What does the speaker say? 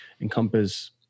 encompass